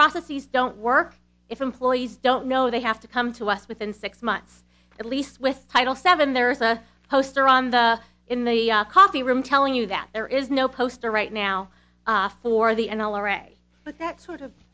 processes don't work if employees don't know they have to come to us within six months at least with title seven there is a poster on the in the coffee room telling you that there is no poster right now for the n r a but that sort of